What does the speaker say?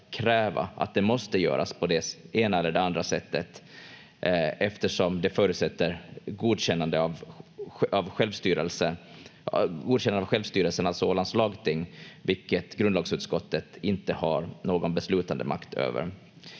kräva att det måste göras på det ena eller det andra sättet, eftersom det förutsätter godkännande av självstyrelsen, alltså Ålands lagting, vilket grundlagsutskottet inte har någon beslutandemakt över.